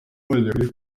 badakwiye